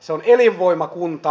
se on elinvoimakunta